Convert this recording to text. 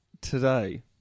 today